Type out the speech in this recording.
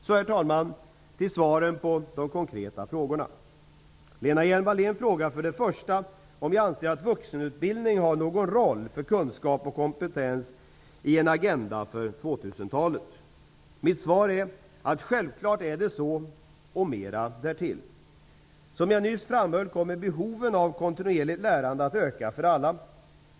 Så, herr talman, till svaren på de konkreta frågorna: Lena Hjelm-Wallén frågar för det första om jag anser att vuxenutbildning har någon roll för kunskap och kompetens i en agenda för 2000-talet. Mitt svar är att det självklart är så -- och mer därtill. Som jag nyss framhöll kommer behoven av kontinuerligt lärande att öka för alla.